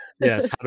Yes